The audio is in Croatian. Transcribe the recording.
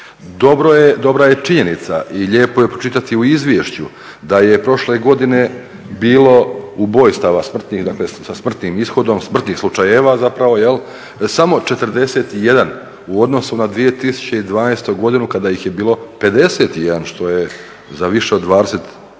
Dobra je činjenica i lijepo je pročitati u izvješću da je prošle godine bilo ubojstava dakle sa smrtnim ishodom, smrtnih slučajeva samo 41 u odnosu na 2012. godinu kada ih je bilo 51 što je za više od 25%